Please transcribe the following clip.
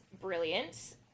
brilliant